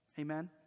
Amen